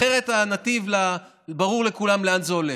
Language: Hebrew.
אחרת ברור לכולם לאיזה נתיב זה הולך.